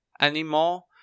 anymore